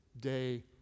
day